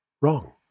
wrong